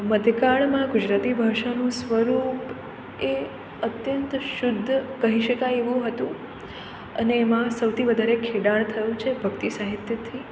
મધ્યકાળમાં ગુજરાતી ભાષાનું સ્વરૂપ એ અત્યંત શુદ્ધ કહી શકાય એવું હતું અને એમાં સૌથી વધારે ખેડાણ થયું છે ભક્તિ સાહિત્યથી